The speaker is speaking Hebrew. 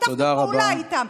שיתפנו פעולה איתם,